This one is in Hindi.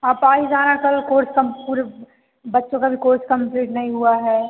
आप आ ही जाना कल कोर्स कम पूरे बच्चों का भी कोर्स कम्पलीट नहीं हुआ है